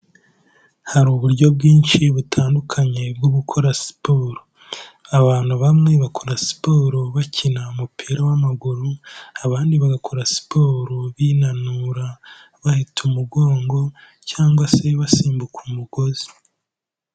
Hari uburyo bwinshi butandukanye bwo gukora siporo, abantu bamwe bakora siporo bakina umupira w'amaguru abandi bagakora siporo binanura baheta umugongo cyangwa se basimbuka umugozi.